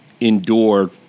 endure